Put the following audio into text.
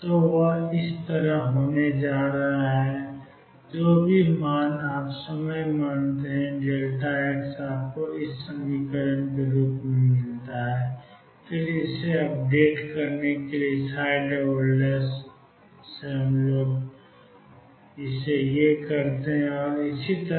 तो यह N Nहोने जा रहा है जो भी मान आप समय मानते हैं आपको N 1N Nx मिला है और फिर अपडेट करने के लिएऔर इसी तरह